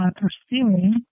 pursuing